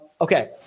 okay